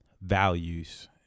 values